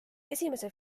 esimese